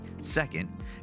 Second